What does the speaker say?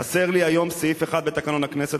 חסר לי היום סעיף אחד בתקנון הכנסת,